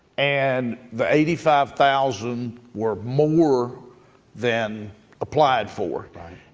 and the eighty five thousand were more than applied for.